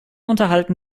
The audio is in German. unterhalten